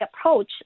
approach